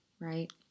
right